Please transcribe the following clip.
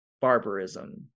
barbarism